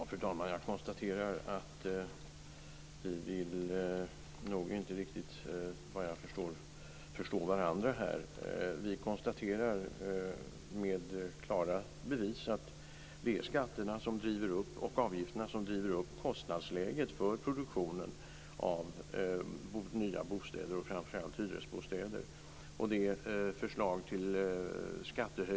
Fru talman! Jag konstaterar att vi inte vill förstå varandra. Vi moderater konstaterar att det är skatter och avgifter som driver upp kostnaderna för produktionen av nya bostäder, framför allt hyresbostäder. Det finns klara bevis för det.